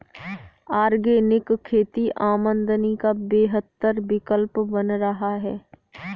organic खेती आमदनी का बेहतर विकल्प बन रहा है